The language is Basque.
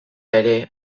ere